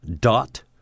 Dot